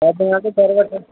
త్వరగా